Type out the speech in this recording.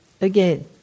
again